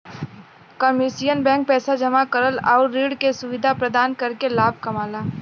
commercial bank पैसा जमा करल आउर ऋण क सुविधा प्रदान करके लाभ कमाला